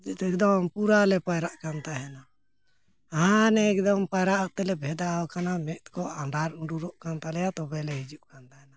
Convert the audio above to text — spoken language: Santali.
ᱮᱠᱫᱚᱢ ᱯᱩᱨᱟᱹᱞᱮ ᱯᱟᱭᱨᱟᱜ ᱠᱟᱱ ᱛᱟᱦᱮᱱᱟ ᱦᱟᱱᱮ ᱮᱠᱫᱚᱢ ᱯᱟᱭᱨᱟᱜ ᱛᱮᱞᱮ ᱵᱷᱮᱫᱟᱣ ᱟᱠᱟᱱᱟ ᱢᱮᱸᱫ ᱠᱚ ᱟᱸᱰᱟᱨ ᱩᱸᱰᱩᱨᱚᱜ ᱠᱟᱱ ᱛᱟᱞᱮᱭᱟ ᱛᱚᱵᱮᱞᱮ ᱦᱤᱡᱩᱜ ᱠᱟᱱ ᱛᱟᱦᱮᱱᱟ